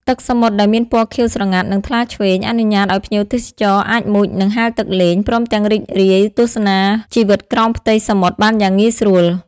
ទឹកសមុទ្រដែលមានពណ៌ខៀវស្រងាត់ និង ថ្លាឈ្វេង អនុញ្ញាតឲ្យភ្ញៀវទេសចរអាចមុជ និង ហែលទឹកលេង ព្រមទាំងរីករាយទស្សនាជីវិតក្រោមផ្ទៃសមុទ្របានយ៉ាងងាយស្រួល។